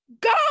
go